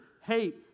hate